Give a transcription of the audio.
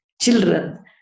children